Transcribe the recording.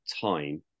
time